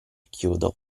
chiodo